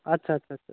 আচ্ছা আচ্ছা আচ্ছা